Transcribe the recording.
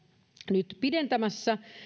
nyt pidentämässä